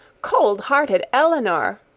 cold-hearted elinor!